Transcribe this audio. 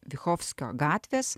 vichofskio gatvės